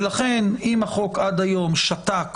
לכן, אם החוק עד היום שתק